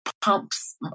pumps